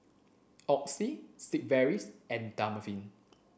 Oxy Sigvaris and Dermaveen